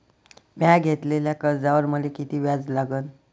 म्या घेतलेल्या कर्जावर मले किती व्याज लागन?